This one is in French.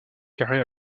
carré